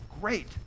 great